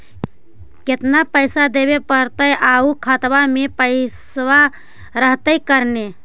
केतना पैसा देबे पड़तै आउ खातबा में पैसबा रहतै करने?